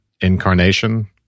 incarnation